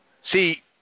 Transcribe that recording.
See